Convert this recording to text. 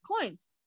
coins